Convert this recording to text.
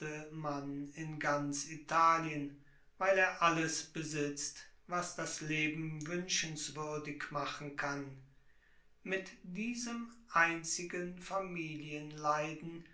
mann in ganz italien weil er alles besitzt was das leben wünschenswürdig machen kann mit diesem einzigen